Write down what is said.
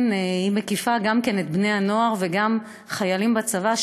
סובלים ממנה בני נוער וגם חיילים בצבא,